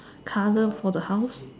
colour for the house